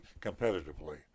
competitively